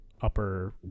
upper